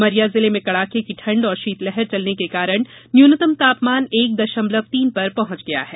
उमरिया जिले में कडाके की ठंड और शीतलहर चलने के कारण न्यूनतम तापमान एक दशमलव तीन पर पहुंच गया है